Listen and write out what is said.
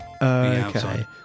okay